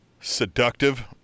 Seductive